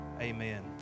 amen